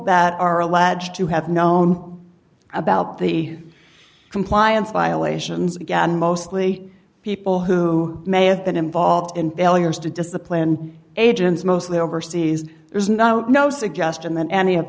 that are alleged to have known about the compliance violations again mostly people who may have been involved in failures to discipline agents mostly overseas there's not no suggestion that any of